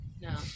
No